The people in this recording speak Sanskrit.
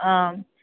आं